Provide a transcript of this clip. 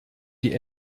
die